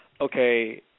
Okay